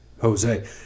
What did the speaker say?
Jose